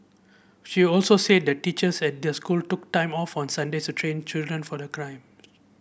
she also said that the teachers at the school took time off on Sundays to train children for the climb